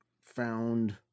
found